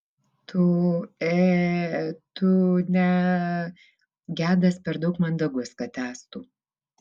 tu ė tu ne gedas per daug mandagus kad tęstų